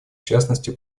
частности